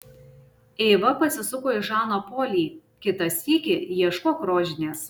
eiva pasisuko į žaną polį kitą sykį ieškok rožinės